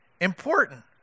important